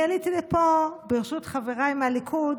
אני עליתי לפה ברשות חבריי מהליכוד